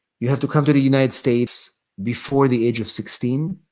you have to come to the united states before the age of sixteen.